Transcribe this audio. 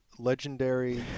legendary